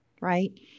right